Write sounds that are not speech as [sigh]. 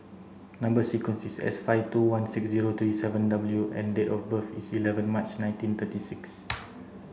number sequence is S five two one six zero three seven W and date of birth is eleven March nineteen thirty six [noise]